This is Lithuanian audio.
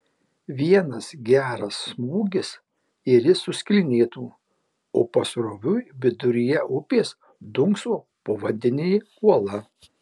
vienas geras smūgis ir jis suskilinėtų o pasroviui viduryje upės dunkso povandeninė uola